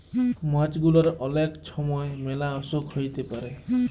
মাছ গুলার অলেক ছময় ম্যালা অসুখ হ্যইতে পারে